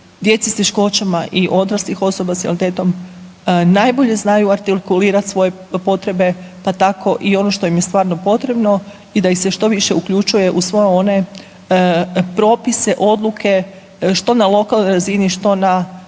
djece s teškoćama i odraslih osoba s invaliditetom najbolje znaju artikulirati svoje potrebe, pa tako i ono što im je stvarno potrebno i da ih se što više uključuje i sve one propise, odluke, što na lokalnoj razini, što na